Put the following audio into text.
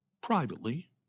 privately